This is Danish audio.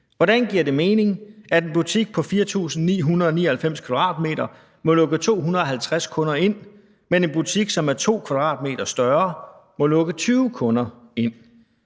Hvordan giver det mening, at en butik på 4.999 m² må lukke 250 kunder ind, men en butik, som er 2 m² større, må lukke 20 kunder ind?